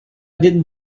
didn’t